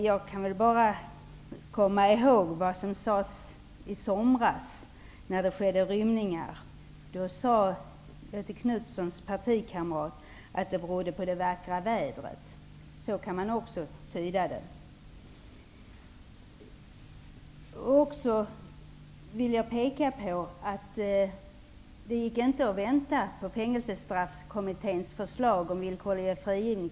Jag kommer ihåg vad som sades i somras när det skedde rymningar. Då sade Göthe Knutsons partikamrat att det berodde på det vackra vädret. Så kan man också tyda det. Jag vill också peka på att det inte gick att vänta till hösten på Fängelsestraffkommitténs förslag om villkorlig frigivning.